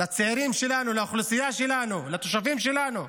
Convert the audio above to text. לצעירים שלנו, לאוכלוסייה שלנו, לתושבים שלנו.